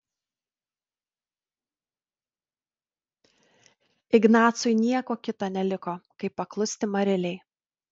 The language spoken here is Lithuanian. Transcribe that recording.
ignacui nieko kita neliko kaip paklusti marilei